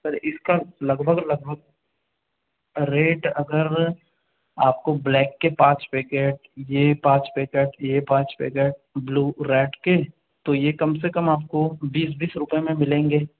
sir इसका लगभग लगभग रेट अगर आपको ब्लैक के पाँच पैकेट ये पाँच पैकेट यह पाँच पैकेट ब्लू रेड के तो यह कम से कम आपको बीस बीस रुपए में मिलेंगे